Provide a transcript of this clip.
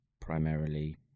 primarily